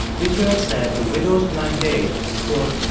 israel said the widow's blind date, quote,